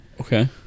Okay